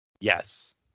Yes